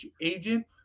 agent